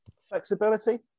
flexibility